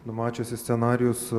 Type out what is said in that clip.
numačiusi scenarijus